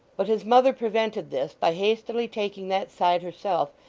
but his mother prevented this, by hastily taking that side herself,